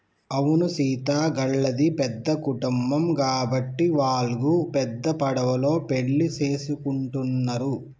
అవును సీత గళ్ళది పెద్ద కుటుంబం గాబట్టి వాల్లు పెద్ద పడవలో పెండ్లి సేసుకుంటున్నరు